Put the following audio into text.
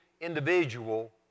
individual